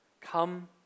Come